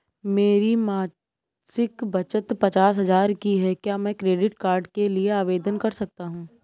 मेरी मासिक बचत पचास हजार की है क्या मैं क्रेडिट कार्ड के लिए आवेदन कर सकता हूँ?